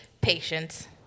patience